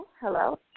Hello